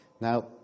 Now